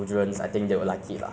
maybe the government